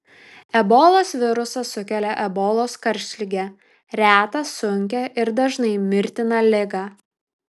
ebolos virusas sukelia ebolos karštligę retą sunkią ir dažnai mirtiną ligą